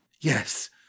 yes